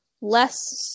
less